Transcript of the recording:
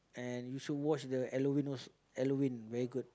and you should watch the Halloween also Halloween very good